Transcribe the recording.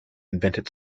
invented